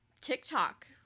TikTok